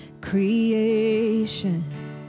creation